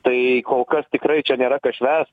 tai kol kas tikrai čia nėra ką švęst